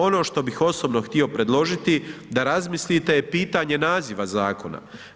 Ono što bih osobno htio predložiti da razmislite je pitanje naziva zakona.